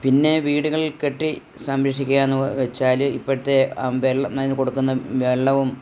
പിന്നെ വീടുകളിൽ കെട്ടി സംരക്ഷിക്കുക എന്ന് വെച്ചാൽ ഇപ്പോഴത്തെ വെള്ളം അതിന് കൊടുക്കുന്ന വെള്ളവും